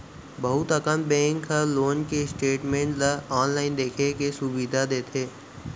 बहुत अकन बेंक ह लोन के स्टेटमेंट ल आनलाइन देखे के सुभीता देथे